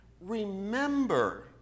remember